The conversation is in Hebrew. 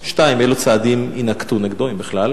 2. אילו צעדים ינקטו נגדו, אם בכלל?